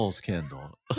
candle